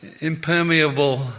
Impermeable